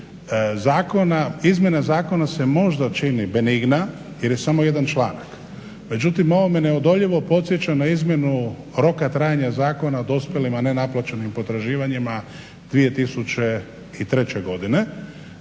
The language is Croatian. Izmjena zakona se možda čini benigna jer je samo jedan članak, međutim ovo me neodoljivo podsjeća na izmjenu roka trajanja Zakona o dospjelim, a nenaplaćenim potraživanja 2003. godine.